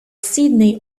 sydney